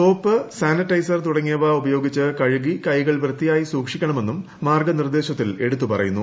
soap sanitiser തുടങ്ങിയവ ഉപയോഗിച്ച് കഴുകി കൈകൾ വൃത്തിയായി സൂക്ഷിക്കണമെന്നും മാർഗ നിർദ്ദേശത്തിൽ എടുത്തു പറയുന്നു